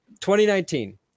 2019